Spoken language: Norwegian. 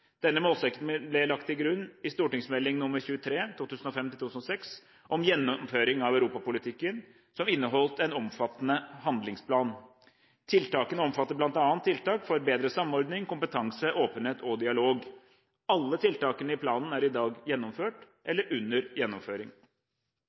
Denne målsettingen ble lagt til grunn i St.meld. nr. 23 for 2005–2006, Om gjennomføring av europapolitikken, som inneholdt en omfattende handlingsplan. Tiltakene omfattet bl.a. tiltak for bedre samordning, kompetanse, åpenhet og dialog. Alle tiltakene i planen er i dag gjennomført